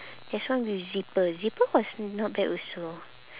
there's one with zipper zipper was not bad also